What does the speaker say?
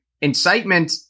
incitement